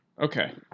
Okay